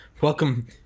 Welcome